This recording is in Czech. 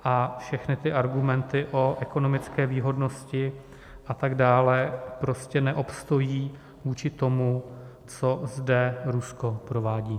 A všechny ty argumenty o ekonomické výhodnosti atd. prostě neobstojí vůči tomu, co zde Rusko provádí.